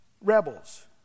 rebels